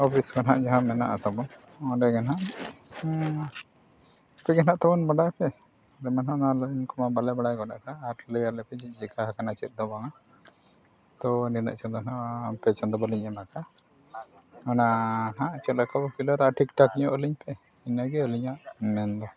ᱠᱚ ᱱᱟᱦᱟᱜ ᱡᱟᱦᱟᱸ ᱢᱮᱱᱟᱜᱼᱟ ᱛᱟᱵᱚᱱ ᱚᱸᱰᱮ ᱜᱮ ᱱᱟᱦᱟᱜ ᱦᱮᱸ ᱛᱮᱜᱮ ᱱᱟᱦᱟᱜ ᱛᱟᱵᱚᱱ ᱵᱟᱰᱟᱭ ᱯᱮ ᱟᱞᱮ ᱢᱟ ᱱᱟᱦᱟᱜ ᱚᱱᱟ ᱠᱚ ᱢᱟ ᱵᱟᱞᱮ ᱵᱟᱰᱟᱭ ᱜᱚᱫ ᱟᱠᱟᱫᱼᱟ ᱟᱨ ᱞᱟᱹᱭ ᱟᱞᱮᱯᱮ ᱡᱮ ᱪᱮᱠᱟ ᱟᱠᱟᱱᱟ ᱪᱮᱫ ᱫᱚ ᱵᱟᱝᱟ ᱛᱳ ᱱᱤᱱᱟᱹᱜ ᱪᱟᱸᱫᱚ ᱱᱟᱦᱟᱜ ᱯᱮ ᱪᱟᱸᱫᱚ ᱵᱟᱹᱞᱤᱧ ᱮᱢ ᱟᱠᱟᱫᱼᱟ ᱚᱱᱟ ᱱᱟᱦᱟᱜ ᱪᱮᱫ ᱞᱮᱠᱟ ᱵᱚᱱ ᱴᱷᱤᱠᱴᱷᱟᱠ ᱧᱚᱜ ᱟᱹᱞᱤᱧ ᱯᱮ ᱤᱱᱟᱹᱜᱮ ᱟᱹᱞᱤᱧᱟᱜ ᱢᱮᱱᱫᱚ